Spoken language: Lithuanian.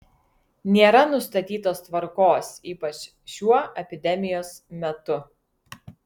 nėra nustatytos tvarkos ypač šiuo epidemijos metu